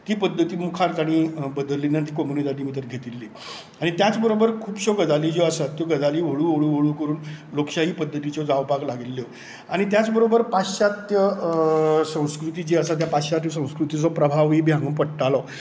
ती पद्दती मुखार तांणी बदल्ली ना ती कम्युनीदादी भितर घेतिल्ली आनी त्याच बरोबर खुबशो गजाली ज्यो आसात त्यो गजाली हळू हळू हळू करून लोक शाही पद्दतीच्यो जावपाक लागिल्ल्यो आनी त्याच बरोबर पाश्चात्य संस्कृती जी आसा त्या पाश्चात्य संस्कृतीचो प्रभाव बी हांगा पडटालो